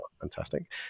fantastic